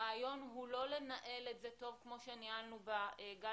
הרעיון הוא לא לנהל את זה טוב כמו שניהלנו בגל